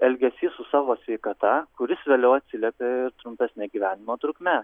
elgesys su savo sveikata kuris vėliau atsiliepia ir trumpesne gyvenimo trukme